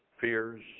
fears